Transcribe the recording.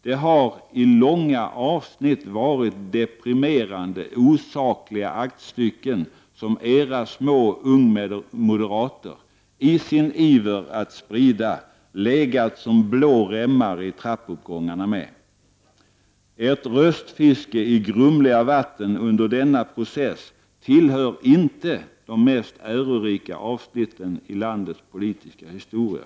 Det har i långa avsnitt varit deprimerande osakliga aktstycken som era små ungmoderater legat i med som blå remmar i trappuppgångarna i sin iver att sprida ut. Ert röstfiske i grumliga vatten under denna process tillhör inte de mest ärorika avsnitten i landets politiska historia.